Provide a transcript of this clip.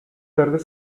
serve